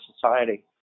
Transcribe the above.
society